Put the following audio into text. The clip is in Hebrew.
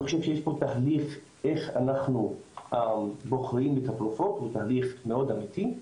אני חושב שיש פה תחליף איך אנחנו בוחרים את התרופות בתהליך מאוד אמיתי,